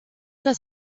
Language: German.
das